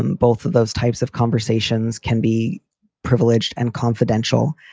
and both of those types of conversations can be privileged and confidential,